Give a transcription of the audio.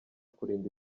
kurinda